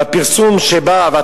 והפרסום שבאים,